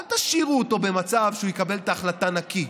אל תשאירו אותו במצב שהוא יקבל את ההחלטה נקי.